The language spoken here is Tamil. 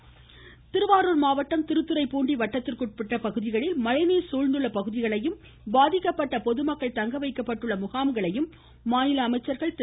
அமைச்சர்கள் திருவாரூர் மாவட்டம் திருத்துறைப்பூண்டி வட்டத்திற்குட்பட்ட பகுதிகளில் சூழ்ந்துள்ள பகுதிகளையும் பாதிக்கப்பட்ட பொதுமக்கள் மழைநீர் தங்கவைக்கப்பட்டுள்ள முகாம்களையும் மாநில அமைச்சர்கள் திரு